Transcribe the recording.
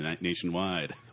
nationwide